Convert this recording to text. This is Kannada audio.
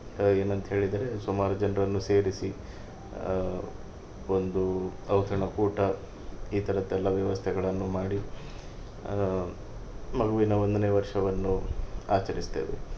ಏನಂತ ಹೇಳಿದರೆ ಸುಮಾರು ಜನರನ್ನು ಸೇರಿಸಿ ಒಂದು ಔತಣಕೂಟ ಈ ಥರದ್ದೆಲ್ಲ ವ್ಯವಸ್ಥೆಗಳನ್ನು ಮಾಡಿ ಮಗುವಿನ ಒಂದನೇ ವರ್ಷವನ್ನು ಆಚರಿಸ್ತೇವೆ